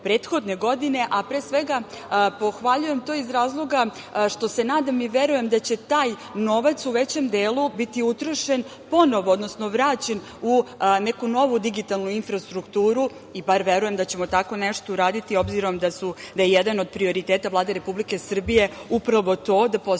prethodne godine, a pre svega pohvaljujem to iz razloga što se nadam i verujem da će taj novac u većem delu biti utrošen ponovo, odnosno vraćen u neku novu digitalnu infrastrukturu. Verujem da ćemo tako nešto uraditi obzirom da je jedan od prioriteta Vlade Republike Srbije upravo to da Srbija